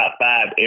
five